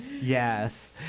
yes